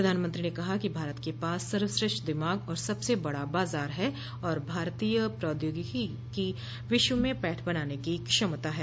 प्रधानमंत्री ने कहा कि भारत के पास सर्वश्रेष्ठ दिमाग और सबसे बड़ा बाजार ह और भारतीय प्रौद्योगिकी की विश्व में पैठ बनाने की क्षमता है